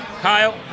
kyle